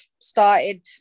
started